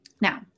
Now